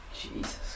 jesus